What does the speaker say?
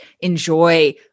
enjoy